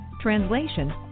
translation